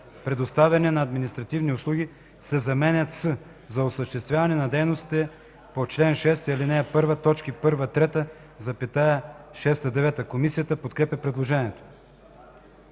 предоставяне на административни услуги” се заменят със „за осъществяване на дейностите по чл. 6, ал. 1, т. 1-3, 6-9.” Комисията подкрепя предложението.